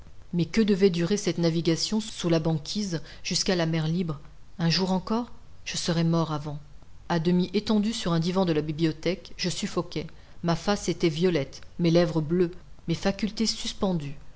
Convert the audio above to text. mais que devait durer cette navigation sous la banquise jusqu'à la mer libre un jour encore je serais mort avant a demi étendu sur un divan de la bibliothèque je suffoquais ma face était violette mes lèvres bleues mes facultés suspendues